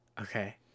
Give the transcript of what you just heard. Okay